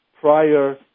prior